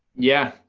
yeah,